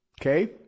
Okay